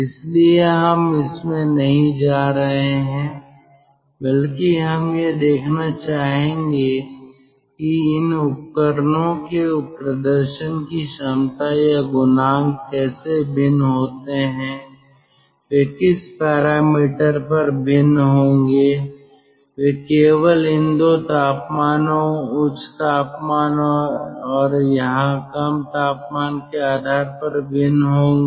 इसलिए हम इसमें नहीं जा रहे हैं बल्कि हम यह देखना चाहेंगे कि इन उपकरणों के प्रदर्शन की क्षमता या गुणांक कैसे भिन्न होते हैं वे किस पैरामीटर पर भिन्न होंगे वे केवल इन 2 तापमानों उच्च तापमान और यहाँ कम तापमान के आधार पर भिन्न होंगे